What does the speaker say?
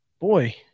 boy